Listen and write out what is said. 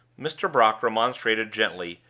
mr. brock remonstrated gently,